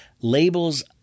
Labels